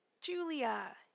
Julia